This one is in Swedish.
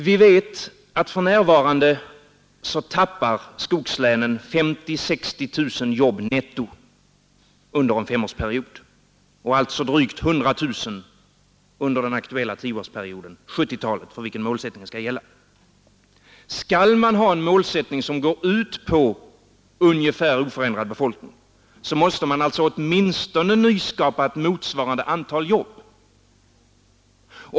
Vi vet att för närvarande förlorar skogslänen 50 000-60 000 jobb netto under en femårsperiod, alltså drygt 100 000 under den aktuella tioårsperioden, på 1970-talet, för vilket målsättningen skall gälla. Skall man ha en målsättning som syftar till ungefär oförändrad befolkning, måste man alltså åtminstone nyskapa ett motsvarande antal jobb.